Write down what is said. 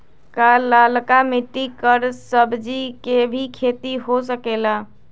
का लालका मिट्टी कर सब्जी के भी खेती हो सकेला?